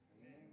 Amen